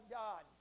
god